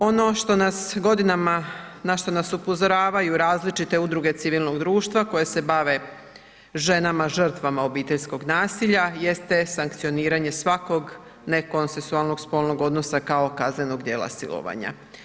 Ono što nas godinama na što nas upozoravaju različite udruge civilnog društva koje se bave ženama žrtvama obiteljskog nasilja jeste sankcioniranje svakog nekonsenzualnog spolnog odnosa kao kaznenog djela silovanja.